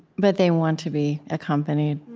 but they want to be accompanied.